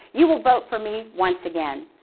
you will vote for me once again.